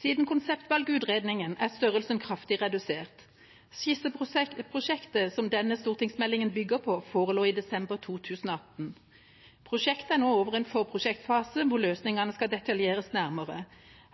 Siden konseptvalgutredningen er størrelsen kraftig redusert. Skisseprosjektet som denne stortingsmeldinga bygger på, forelå i desember 2018. Prosjektet er nå over i en forprosjektfase, der løsningene skal detaljeres nærmere.